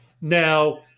now